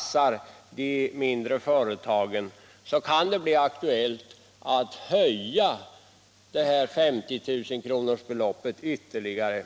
för de mindre företagen, så skulle det kunna bli aktuellt att höja beloppet om 50 000 kr. ytterligare.